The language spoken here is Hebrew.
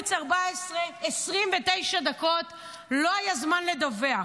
ולערוץ 14, 29 דקות לא היה זמן לדווח.